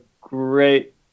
great